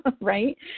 right